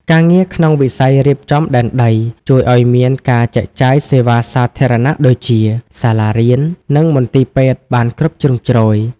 ការងារក្នុងវិស័យរៀបចំដែនដី ជួយឱ្យមានការចែកចាយសេវាសាធារណៈដូចជា សាលារៀន និងមន្ទីរពេទ្យបានគ្រប់ជ្រុងជ្រោយ។